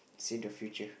see the future